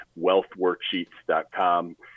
wealthworksheets.com